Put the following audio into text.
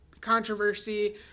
controversy